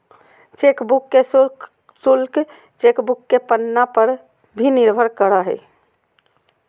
chequebook के शुल्क chequebook के पन्ना पर भी निर्भर करा हइ